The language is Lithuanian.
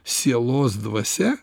sielos dvasia